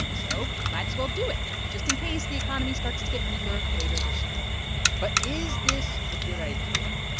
so you might as well do it, just in case the economy starts to get weaker later this year but is this a good idea?